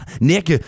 Nick